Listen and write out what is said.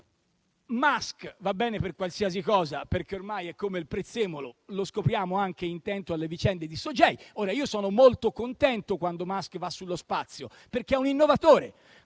Musk va bene per qualsiasi cosa, perché ormai è come il prezzemolo e lo scopriamo anche intento alle vicende di SOGEI. Sono molto contento quando Musk va sullo spazio perché è un innovatore.